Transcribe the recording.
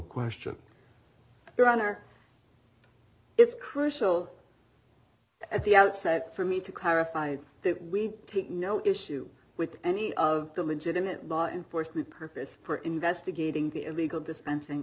question your honor it's crucial at the outset for me to clarify that we take no issue with any of the legitimate law enforcement purpose for investigating the illegal dispensing